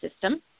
system